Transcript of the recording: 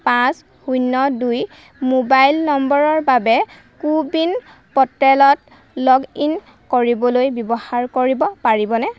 পাঁচ শূন্য দুই মোবাইল নম্বৰৰ বাবে কোবিন প'ৰ্টেলত লগ ইন কৰিবলৈ ব্যৱহাৰ কৰিব পাৰিবনে